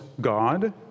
God